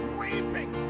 weeping